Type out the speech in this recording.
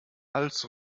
als